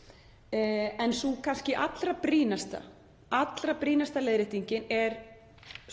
málaflokka. En allra brýnasta leiðréttingin er